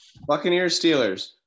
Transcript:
Buccaneers-Steelers